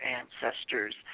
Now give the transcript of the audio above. ancestors